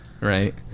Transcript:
right